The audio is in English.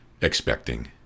expecting